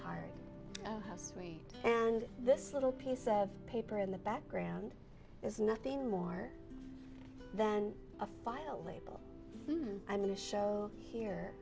card oh how sweet and this little piece of paper in the background is nothing more than a file label i'm going to show here